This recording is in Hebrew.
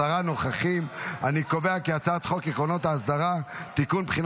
אני קובע כי הצעת חוק עקרונות האסדרה (תיקון) (בחינה